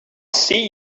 see